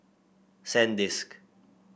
Sandisk